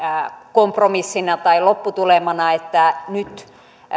kompromissina lopputulemana että nyt